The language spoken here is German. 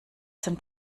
sind